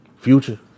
Future